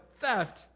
theft